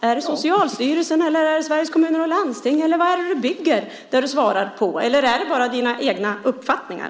Är det Socialstyrelsen, Sveriges Kommuner och Landsting, eller vad är det du bygger ditt svar på? Eller är det bara dina egna uppfattningar?